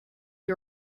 you